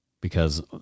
because-